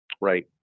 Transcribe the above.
Right